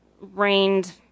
rained